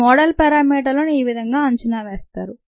ఈ మోడల్ పేరామీటర్లను ఈ విధంగా అంచనా వేస్తారు